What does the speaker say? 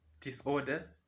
disorder